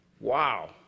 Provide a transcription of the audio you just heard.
Wow